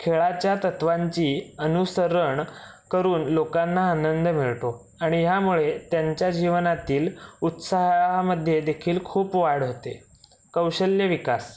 खेळाच्या तत्त्वांची अनुसरण करून लोकांना आनंद मिळतो आणि ह्यामुळे त्यांच्या जीवनातील उत्साहामध्ये देखील खूप वाढ होते कौशल्य विकास